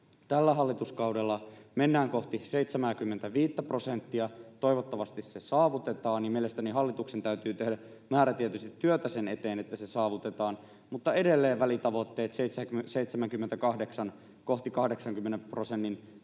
tällä hallituskaudella mennään kohti 75:tä prosenttia. Toivottavasti se saavutetaan, ja mielestäni hallituksen täytyy tehdä määrätietoisesti työtä sen eteen, että se saavutetaan, mutta edelleen välitavoitteet, 78 prosenttia